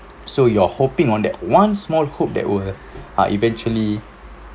so you're hoping on that one small hope that will ah eventually